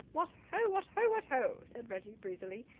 what ho, what ho, what ho! said reggie breezily.